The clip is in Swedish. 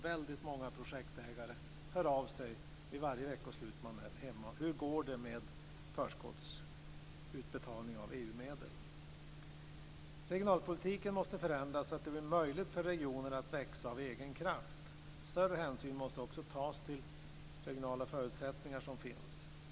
Väldigt många projektägare hör av sig varje veckoslut jag är hemma och undrar hur det går med frågan om förskottsutbetalning av EU-medel. Regionalpolitiken måste förändras så att det blir möjligt för regionerna att växa av egen kraft. Större hänsyn måste också tas till regionala förutsättningar som finns.